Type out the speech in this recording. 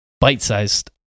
bite-sized